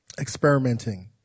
experimenting